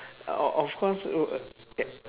uh o~ of course we would get